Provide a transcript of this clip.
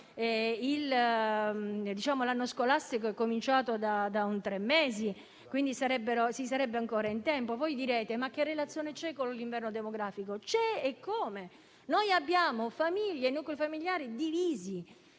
l'anno scolastico è cominciato da tre mesi e, quindi, si sarebbe ancora in tempo. Voi vi chiederete che relazione c'è con l'inverno demografico: c'è, eccome! Noi abbiamo nuclei familiari divisi,